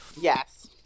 Yes